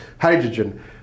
hydrogen